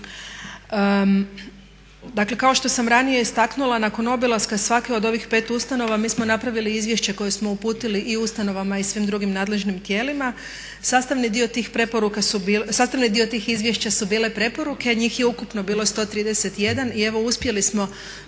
Dakle kao što sam ranije istaknula nakon obilaska svake od ovih pet ustanova mi smo napravili izvješće koje smo uputili i ustanovama i svim drugim nadležnim tijelima. Sastavni dio tih preporuka, sastavni dio tih izvješća su bile preporuke, njih je ukupno bilo 131 i evo uspjeli smo